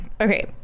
Okay